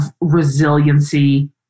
resiliency